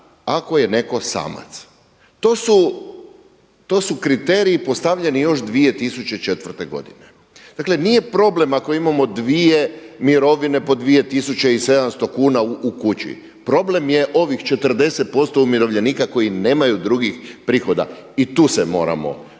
ako je netko samac. To su kriteriji postavljeni još 2004. godine. Dakle nije problem ako imamo dvije mirovine po 2700 kuna u kući, problem je ovih 40% umirovljenika koji nemaju drugih prihoda. I tu se moramo, tu